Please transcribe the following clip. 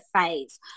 phase